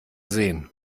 sehen